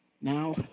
Now